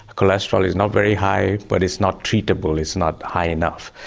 cholesterol is not very high but it's not treatable, it's not high enough.